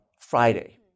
Friday